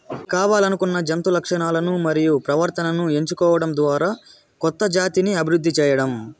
కావల్లనుకున్న జంతు లక్షణాలను మరియు ప్రవర్తనను ఎంచుకోవడం ద్వారా కొత్త జాతిని అభివృద్ది చేయడం